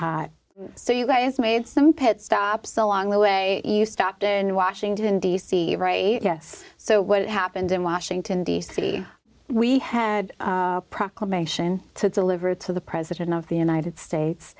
hot so you guys made some pit stops along the way you stopped in washington d c right yes so what happened in washington d c we had a proclamation to deliver to the president of the united states